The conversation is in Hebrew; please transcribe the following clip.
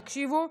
תקשיבו,